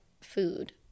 food